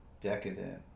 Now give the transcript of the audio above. decadent